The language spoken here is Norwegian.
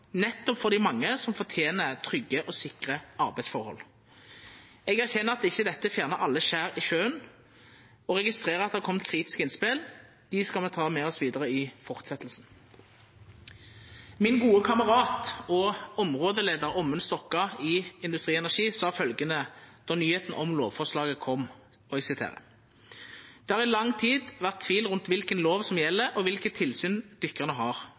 nettopp for dei mange som fortener trygge og sikre arbeidsforhold. Eg erkjenner at dette ikkje fjernar alle skjer i sjøen og registrerer at det har kome kritiske innspel. Dei skal me ta med oss vidare i fortsetjinga. Min gode kamerat og områdeleiar i Industri Energi, Ommund Stokka, sa følgjande då nyheita om lovforslaget kom: «Det har i lang tid vært tvil rundt hvilken lov som gjelder og hvilket tilsyn dykkerne har,